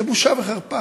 זה בושה וחרפה.